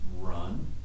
run